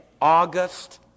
August